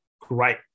great